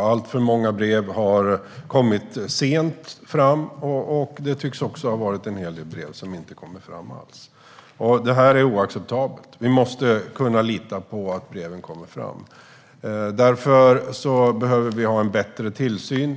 Alltför många brev har kommit fram sent, och det tycks också vara en hel del brev som inte kommer fram alls. Detta är oacceptabelt. Vi måste kunna lita på att breven kommer fram. Därför behövs det en bättre tillsyn.